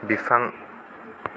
बिफां